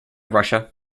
russia